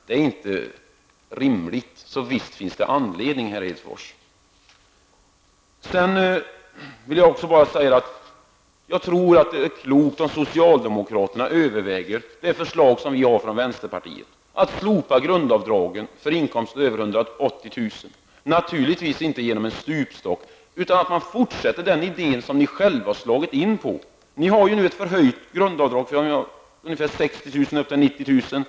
Det är inte rimligt. Visst finns det anledning, herr Jag tror att det är klokt av socialdemokraterna att överväga det förslag som vi från vänsterpartiet har presenterat, nämligen att slopa grundavdragen för inkomster över 180 000 kr. Man skall naturligtvis inte använda sig av en stupstock, utan man bör fortsätta att arbeta på den väg som man har slagit in på. Ni har ju infört ett förhöjt grundavdrag för inkomster mellan 60 000 kr. och 90 000 kr.